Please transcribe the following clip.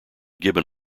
gibbon